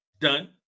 done